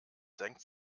senkt